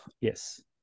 Yes